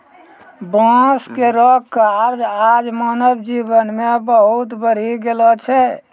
बांस केरो कार्य आज मानव जीवन मे बहुत बढ़ी गेलो छै